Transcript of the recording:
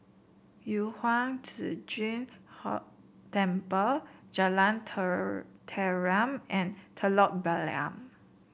Yu Huang Zhi Zun Temple Jalan Tenteram and Telok Blangah